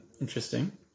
Interesting